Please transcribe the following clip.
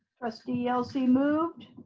trustee yelsey moved.